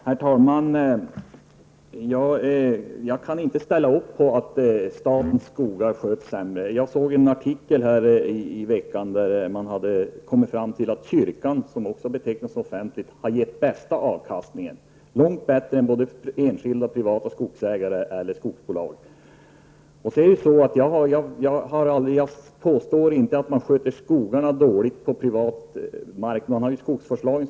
Herr talman! Jag kan inte hålla med om att statens skogar sköts sämre. Jag såg en artikel i veckan där man har kommit fram till att kyrkan, som också betecknas som offentlig, hade gett den bästa avkastningen, även bättre än enskilda privata skogsägare och skogsbolag. Jag påstår inte att man sköter skogarna dåligt på privat mark.